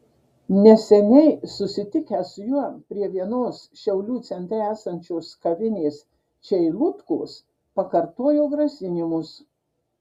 neseniai susitikę su juo prie vienos šiaulių centre esančios kavinės čeilutkos pakartojo grasinimus